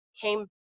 came